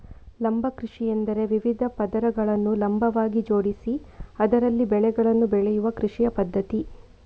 ಲಂಬ ಕೃಷಿಯೆಂದರೆ ವಿವಿಧ ಪದರಗಳನ್ನು ಲಂಬವಾಗಿ ಜೋಡಿಸಿ ಅದರಲ್ಲಿ ಬೆಳೆಗಳನ್ನು ಬೆಳೆಯುವ ಕೃಷಿಯ ಪದ್ಧತಿ